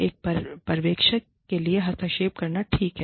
एक पर्यवेक्षक के लिए हस्तक्षेप करना ठीक है